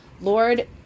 Lord